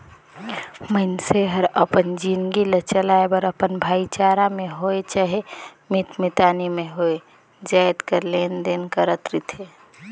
मइनसे हर अपन जिनगी ल चलाए बर अपन भाईचारा में होए चहे मीत मितानी में होए जाएत कर लेन देन करत रिथे